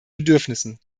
bedürfnissen